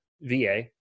VA